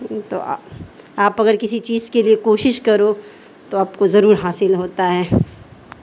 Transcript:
تو آپ اگر کسی چیز کے لیے کوشش کرو تو آپ کو ضرور حاصل ہوتا ہے